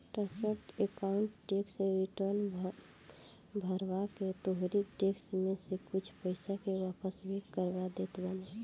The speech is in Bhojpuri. चार्टर अकाउंटेंट टेक्स रिटर्न भरवा के तोहरी टेक्स में से कुछ पईसा के वापस भी करवा देत बाने